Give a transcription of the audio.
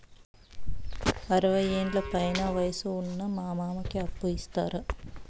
అరవయ్యేండ్ల పైన వయసు ఉన్న మా మామకి అప్పు ఇస్తారా